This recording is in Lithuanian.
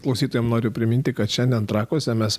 klausytojam noriu priminti kad šiandien trakuose mes